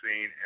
seen